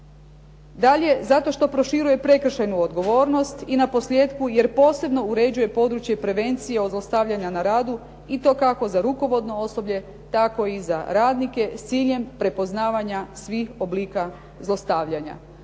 Dalje, zato što proširuje prekršajnu odgovornost i naposljetku, jer posebno uređuje područje prevencije od zlostavljanja na radu i to kako za rukovodno osoblje, tako i za radnike s ciljem prepoznavanja svih oblika zlostavljanja.